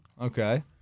Okay